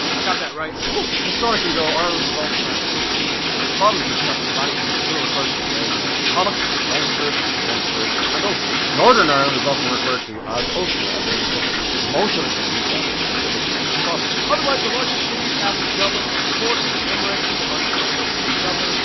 i got that right, whoo! peadar historically though, ireland was also kind of split into four provinces that many people still refer to today. they are connacht, leinster, munster and ulster. northern ireland is often referred to as ulster as it encompasses most of the counties that make up the historical province. otherwise, the largest cities after dublin are cork and limerick with the largest airports being dublin,